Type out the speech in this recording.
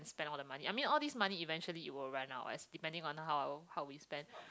spend all the money I mean all these money eventually it will run out as depending on how how we spend